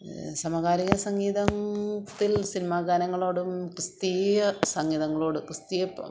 സമകാലിക സംഗീതം ത്തിൽ സിനിമാഗാനങ്ങളോടും ക്രിസ്തീയ സംഗീതങ്ങളോടും ക്രിസ്തീയ